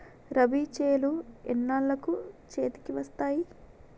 రబీ చేలు ఎన్నాళ్ళకు చేతికి వస్తాయి?